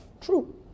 true